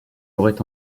aurait